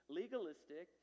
legalistic